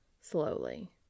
Slowly